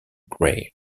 grey